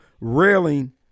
railing